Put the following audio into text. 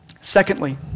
Secondly